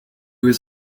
was